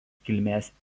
kilmės